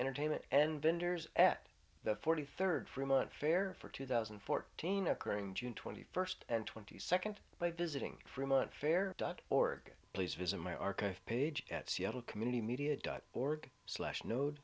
entertainment and vendors at the forty third fremont fair for two thousand and fourteen occurring june twenty first and twenty second by visiting fremont faire dot org please visit my archive page at seattle community media dot org slash no